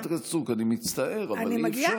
חברת הכנסת סטרוק, אני מצטער, אבל אי-אפשר.